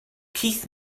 keith